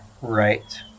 right